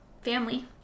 family